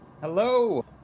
Hello